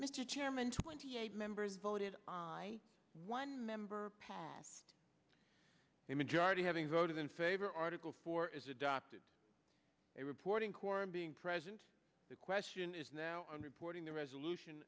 mr chairman twenty eight members voted one member passed a majority having voted in favor article four is adopted a reporting quorum being present the question is now under supporting the resolution